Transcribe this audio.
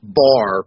bar